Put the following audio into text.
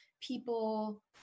people